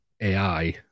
AI